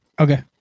Okay